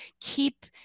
keep